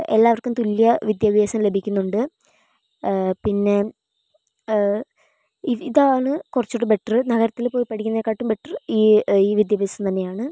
എല്ലാവർക്കും തുല്യവിദ്യാഭ്യാസം ലഭിക്കുന്നുണ്ട് പിന്നെ ഇതാണ് കുറച്ചൂടെ ബെറ്ററ് നഗരത്തിൽ പോയി പഠിക്കുന്നതിനെക്കാട്ടിലും ബെറ്ററ് ഈ ഈ വിദ്യാഭ്യാസം തന്നെയാണ്